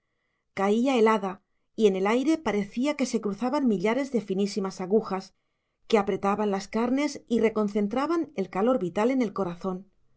caía helada y en el aire parecía que se cruzaban millares de finísimas agujas que apretaban las carnes y reconcentraban el calor vital en el corazón